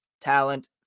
talent